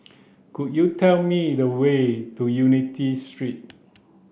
could you tell me the way to Unity Street